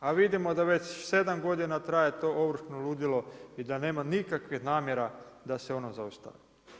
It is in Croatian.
A vidimo da već 7 godina traje to ovršno ludilo i da nema nikakvih namjera da se ono zaustavi.